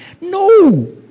No